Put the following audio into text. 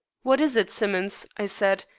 what is it, simmonds? i said,